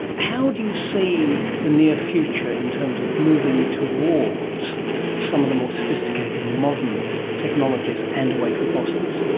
how do you see the near future in terms of moving towards some of the more sophisticated modern technologies and away from fossils?